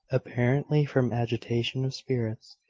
apparently from agitation of spirits.